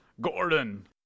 gordon